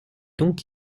donc